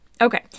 Okay